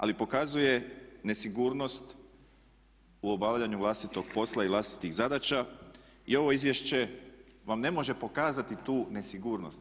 Ali pokazuje nesigurnost u obavljanju vlastitog posla i vlastitih zadaća i ovo izvješće vam ne može pokazati tu nesigurnost.